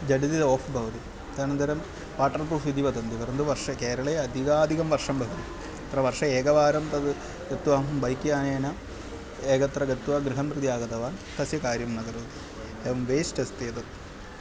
जटिति तद् आफ़् भवति तदनन्तरं वाटर्प्रूफ़् इति वदन्ति परन्तु वर्षः केरळे अधिगाधिकं वर्षं भवति तत्र वर्षे एकवारं तद् तत्तु अहं बैक् यानेन एकत्र गत्वा गृहं प्रति आगतवान् तस्य कार्यं न करोति एवं वेस्ट् अस्ति एतत्